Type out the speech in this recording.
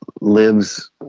lives